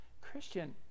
Christian